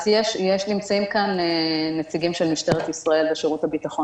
נמצאים כאן נציגים של שמשטרת ישראל ושירות הביטחון